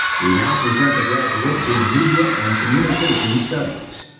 we now present the graduates in media and communications studies.